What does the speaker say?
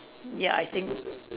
ya I think